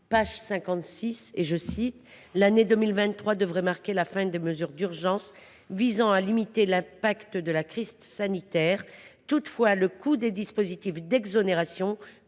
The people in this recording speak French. page 56 :« L’année 2023 devrait marquer la fin des mesures d’urgence visant à limiter l’impact de la crise sanitaire. Toutefois, le coût des dispositifs d’exonération